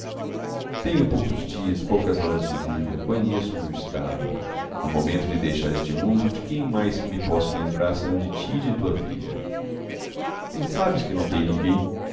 tenho poucos dias poucas horas de vida conheço o meu estado no momento de deixar este mundo de quem mais me posso lembrar senão de ti e de tua filha bem sabes que não tenho ninguém